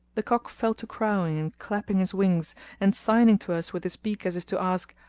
the cock fell to crowing and clapping his wings and signing to us with his beak as if to ask,